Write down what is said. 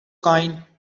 kind